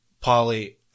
Polly